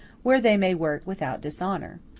where they may work without dishonor.